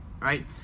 right